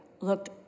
looked